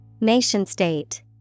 Nation-state